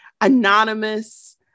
anonymous